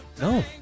No